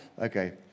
Okay